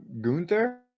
Gunther